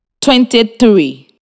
Twenty-three